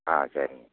ஆ சரிங்க